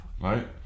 Right